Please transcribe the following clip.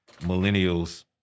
millennials